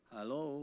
Hello